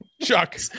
Chuck